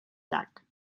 llac